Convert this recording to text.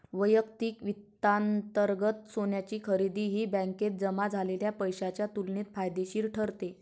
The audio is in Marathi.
वैयक्तिक वित्तांतर्गत सोन्याची खरेदी ही बँकेत जमा झालेल्या पैशाच्या तुलनेत फायदेशीर ठरते